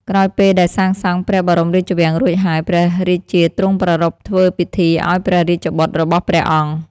ក្រោយពេលដែលសាងសង់ព្រះបរមរាជវាំងរួចហើយ ព្រះរាជាទ្រង់ប្រារព្ធធ្វើពិធីឲ្យព្រះរាជបុត្ររបស់ព្រះអង្គ ។